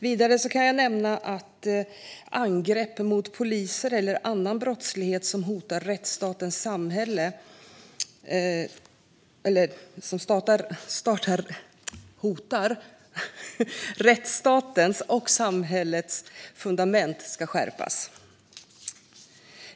Vidare kan jag nämna att lagstiftning om angrepp mot poliser eller annan brottslighet som hotar rättsstatens och samhällets fundament ska skärpas.